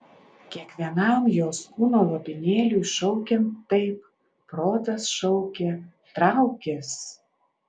kiekvienam jos kūno lopinėliui šaukiant taip protas šaukė traukis